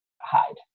hide